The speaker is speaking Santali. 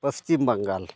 ᱯᱟᱥᱪᱤᱢ ᱵᱟᱝᱜᱟᱞ